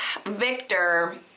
Victor